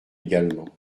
également